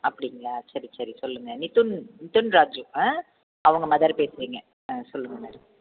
அப்படிங்களா சரி சரி சொல்லுங்கள் மிதுன் மிதுன் ராஜ் ஆ அவங்க மதர் பேசுறீங்க ஆன் சொல்லுங்கள் மேடம்